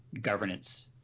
governance